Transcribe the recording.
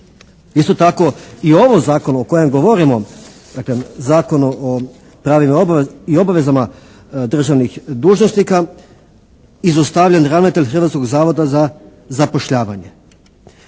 Isto tako, i ovom zakonu o kojem govorimo, dakle o Zakonu o pravima i obavezama državnim dužnosnika izostavljen je ravnatelj Hrvatskog zavoda za zapošljavanje.